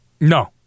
No